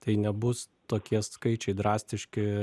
tai nebus tokie skaičiai drastiški